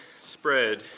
spread